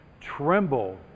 Tremble